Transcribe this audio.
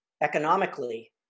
economically